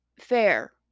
fair